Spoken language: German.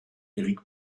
eric